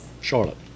Charlotte